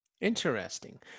Interesting